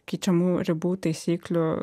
keičiamų ribų taisyklių